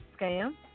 scam